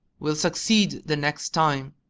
we'll succeed the next time,